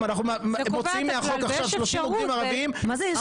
זה קובע את הכלל ויש אפשרות --- מה זה יש אפשרות?